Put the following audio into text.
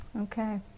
Okay